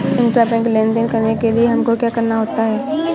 Intrabank लेन देन करने के लिए हमको क्या करना होता है?